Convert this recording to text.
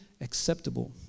acceptable